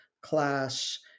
class